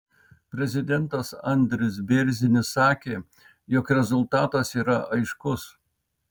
prezidentas andris bėrzinis sakė jog rezultatas yra aiškus